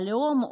הלאום,